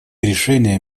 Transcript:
решения